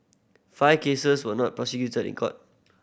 five cases were not prosecuted in court